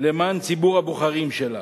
למען ציבור הבוחרים שלה.